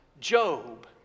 Job